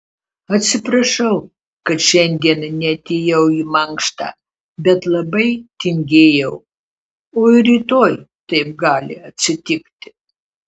atsiprašau kad šiandien neatėjau į mankštą bet labai tingėjau o ir rytoj taip gali atsitikti